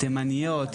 תימניות,